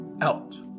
Out